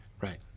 Right